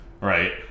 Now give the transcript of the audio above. Right